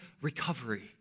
recovery